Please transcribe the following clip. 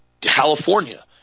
California